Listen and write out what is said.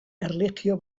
erlijio